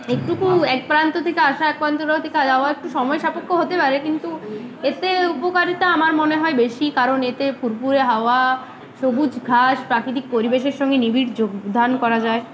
একটুকু এক প্রান্ত থেকে আসা এক প্রান্ত থেকে যাওয়া একটু সময় সাপেক্ষ হতে পারে কিন্তু এতে উপকারিতা আমার মনে হয় বেশি কারণ এতে ফুরফুরে হাওয়া সবুজ ঘাস প্রাকৃিতিক পরিবেশের সঙ্গে নিবিঢ় যোগদান করা যায়